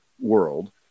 world